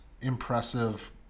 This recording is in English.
impressive